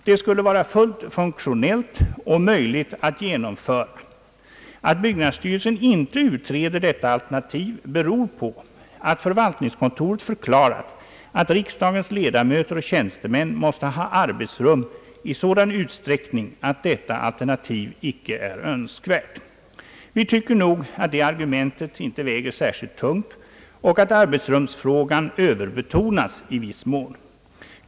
Det skulle vara fullt funktionellt och möjligt att genomföra. Att byggnadsstyrelsen inte utreder detta alternativ beror på att förvaltningskontoret förklarat att riksdagens ledamöter och tjänstemän måste ha arbetsrum i sådan utsträckning att detta alternativ icke är önskvärt. Vi tycker nog att det argumentet inte väger särskilt tungt, och att arbetsrumsfrågan i viss mån överbetonas.